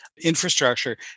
infrastructure